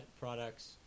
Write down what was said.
products